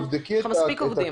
יש לך מספיק עובדים.